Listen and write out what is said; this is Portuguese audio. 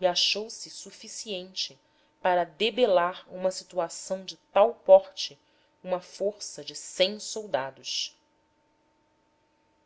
e achouse suficiente para debelar uma situação de tal porte uma força de cem soldados